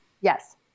Yes